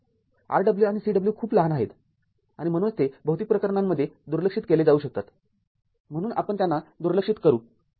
Rw आणि Cw खूप लहान आहेत आणि म्हणूनच ते बहुतेक प्रकरणांमध्ये दुर्लक्षित केले जाऊ शकतात म्हणून आपण त्यांना दुर्लक्षित करू